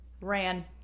Ran